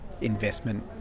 investment